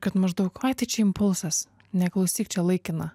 kad maždaug oi tai čia impulsas neklausyk čia laikina